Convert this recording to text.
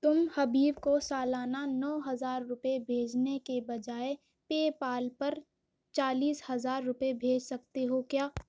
تم حبیب کو سالانہ نو ہزار روپے بھیجنے کے بجائے پے پال پر چالیس ہزار روپے بھیج سکتے ہو کیا